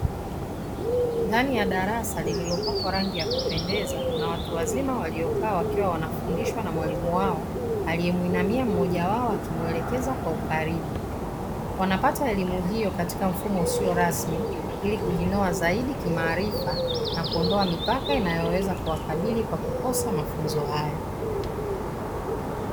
Ndani ya darasa lililopakwa rangi ya kupendeza, kuna watu wazima waliokaa wakiwa wanafundishwa na mwalimu wao; aliyemuinamia mmoja wao akimuelekeza kwa ukaribu. Wanapata elimu hiyo katika mfumo usio rasmi ili kujionoa zaidi kimaarifa na kuondoa mipaka inayoweza kuwakabili kwa kukosa mafunzo hayo.